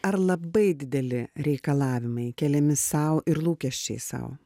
ar labai dideli reikalavimai keliami sau ir lūkesčiai sau